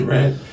Right